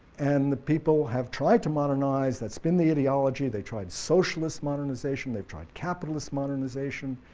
and the people have tried to modernize, that's been the ideology, they've tried socialist modernization, they've tried capitalist modernization,